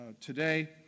today